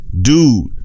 Dude